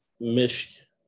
Michigan